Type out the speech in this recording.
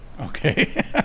okay